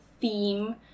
theme